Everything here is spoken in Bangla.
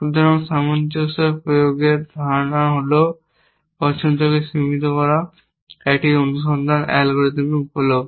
সুতরাং সামঞ্জস্য প্রয়োগের সাধারণ ধারণা হল পছন্দকে সীমিত করা একটি অনুসন্ধান অ্যালগরিদমের জন্য উপলব্ধ